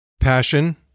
Passion